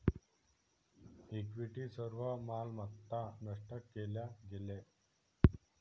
equity सर्व मालमत्ता नष्ट केल्या गेल्या